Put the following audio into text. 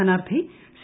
സ്ഥാനാർത്ഥി സി